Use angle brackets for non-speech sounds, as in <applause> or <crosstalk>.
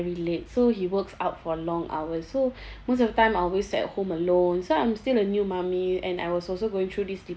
very late so he works out for long hours so <breath> most of the time I always sat at home alone so I'm still a new mummy and I was also going through this